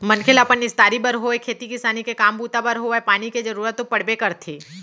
मनखे ल अपन निस्तारी बर होय खेती किसानी के काम बूता बर होवय पानी के जरुरत तो पड़बे करथे